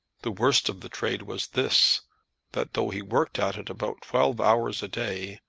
the worst of the trade was this that though he worked at it above twelve hours a day,